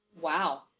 Wow